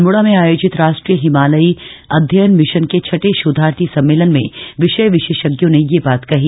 अल्मोड़ा में आयोजित राष्ट्रीय हिमालयी अध्ययन मिशन के छठे शोधार्थी सम्मेलन में विषय विशेषज्ञों ने यह बात कही